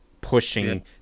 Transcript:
pushing